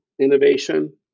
innovation